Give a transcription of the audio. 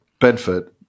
Bedford